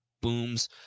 booms